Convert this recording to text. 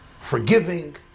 forgiving